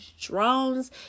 drones